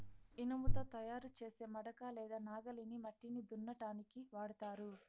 ఇనుముతో తయారు చేసే మడక లేదా నాగలిని మట్టిని దున్నటానికి వాడతారు